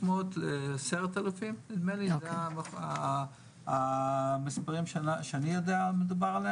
1,500-10,000 זה המספרים שאני יודע שעליהם מדובר.